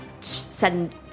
send